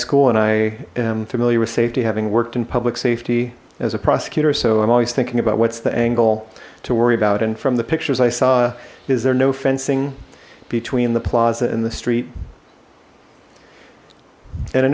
school and i am familiar with safety having worked in public safety as a prosecutor so i'm always thinking about what's the angle to worry about and from the pictures i saw is there no fencing between the plaza and the street and i